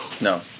No